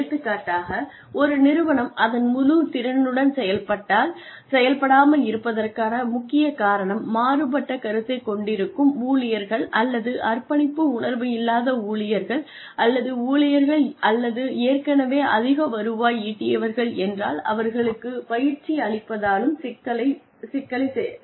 எடுத்துக்காட்டாக ஒரு நிறுவனம் அதன் முழு திறனுடன் செயல்படாமல் இருப்பதற்கான முக்கிய காரணம் மாறுபட்ட கருத்தை கொண்டிருக்கும் ஊழியர்கள் அல்லது அர்ப்பணிப்பு உணர்வு இல்லாத ஊழியர்கள் அல்லது ஊழியர்கள் அல்லது ஏற்கனவே அதிக வருவாய் ஈட்டியவர்கள் என்றால் அவர்களுக்குப் பயிற்சி அளிப்பதாலும் சிக்கலை முடியாது